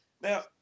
Now